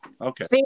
Okay